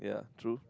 yeah true